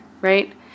right